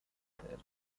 الهه